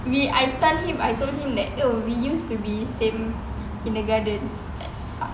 we I tell him I told him that oh we used to be same kindergarten